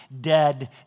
dead